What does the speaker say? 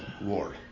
war